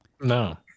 no